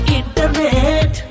internet